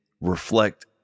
reflect